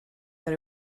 but